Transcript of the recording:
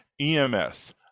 EMS